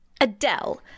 Adele